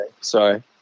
Sorry